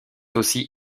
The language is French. aussi